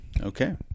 Okay